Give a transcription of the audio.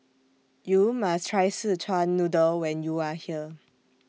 YOU must Try Szechuan Noodle when YOU Are here